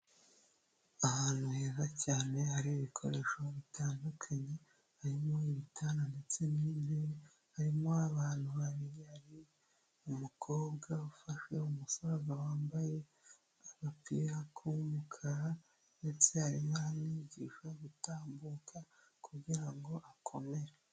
Ahantu heza cyane hari ibikoresho bitandukanye, harimo ibitanda ndetse n'intebe, harimo abantu babiri, umukobwa ufashe umusaza wambaye agapira k'umukara, ndetse arimo aramwigisha gutambuka kugira ngo akomere.